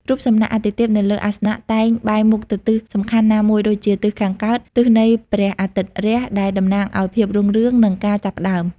រូបសំណាកអាទិទេពនៅលើអាសនៈតែងបែរមុខទៅទិសសំខាន់ណាមួយ ដូចជាទិសខាងកើត (ទិសនៃព្រះអាទិត្យរះ) ដែលតំណាងឱ្យភាពរុងរឿង និងការចាប់ផ្ដើម។